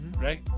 Right